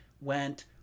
went